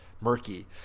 murky